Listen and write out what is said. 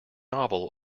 novel